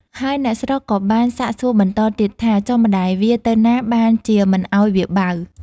ហើយអ្នកស្រុកក៏បានសាកសួរបន្តទៀតថា ចុះម្ដាយវាទៅណាបានជាមិនឲ្យវាបៅ?